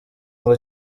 ngo